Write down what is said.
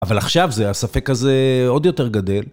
אבל עכשיו זה הספק הזה עוד יותר גדל.